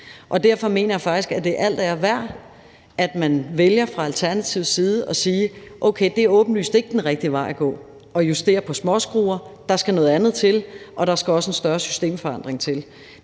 Derfor mener jeg faktisk, at det er al ære værd, at man vælger fra Alternativets side at sige: Okay, det er åbenlyst ikke den rigtige vej at gå at justere på småskruer, for der skal noget andet til, og der skal også en større systemforandring til.